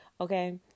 okay